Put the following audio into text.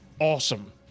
awesome